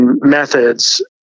methods